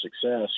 success